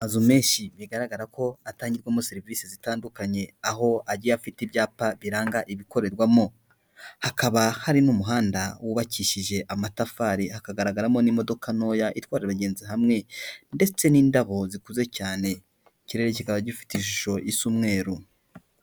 Amazu menshi bigaragara ko atangirwamo serivisi zitandukanye aho agiye afite ibyapa biranga ibikorerwamo, hakaba hari n'umuhanda wubakishije amatafari hakagaragaramo n'imodoka ntoya itwara abagenzi hamwe ndetse n'indabo zikuze cyane, ikirere kikaba gifite ishusho isa umweru.